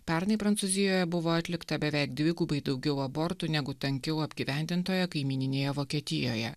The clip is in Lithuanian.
pernai prancūzijoje buvo atlikta beveik dvigubai daugiau abortų negu tankiau apgyvendintoje kaimyninėje vokietijoje